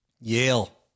Yale